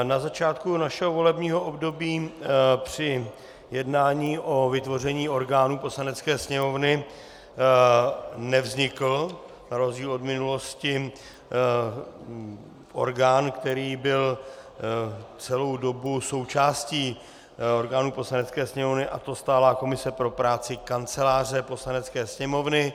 Na začátku našeho volebního období při jednání o vytvoření orgánů Poslanecké sněmovny nevznikl, na rozdíl od minulosti, orgán, který byl celou dobu součástí orgánů Poslanecké sněmovny, a to stálá komise pro práci Kanceláře Poslanecké sněmovny.